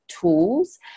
tools